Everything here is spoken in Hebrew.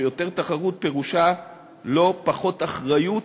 שיותר תחרות פירושה לא פחות אחריות